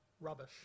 rubbish